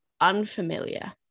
unfamiliar